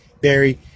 Barry